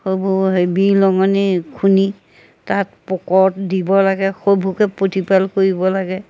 সেইবোৰ সেই বিহলঙনি খুন্দি তাত পোকত দিব লাগে সেইবোৰকে প্ৰতিপাল কৰিব লাগে